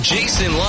Jason